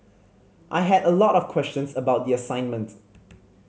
I had a lot of questions about the assignment